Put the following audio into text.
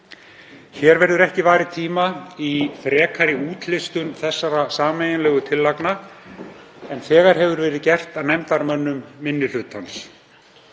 Hér verður ekki varið tíma í frekari útlistun þessara sameiginlegu tillagna en þegar hefur verið gert af nefndarmönnum minni hlutans.